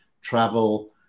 travel